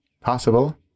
Possible